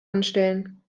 anstellen